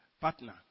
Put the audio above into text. partner